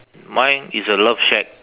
mine is a love shack